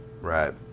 Right